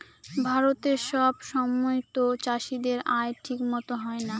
ভারতে সব সময়তো চাষীদের আয় ঠিক মতো হয় না